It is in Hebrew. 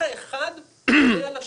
האחד משפיע על השני?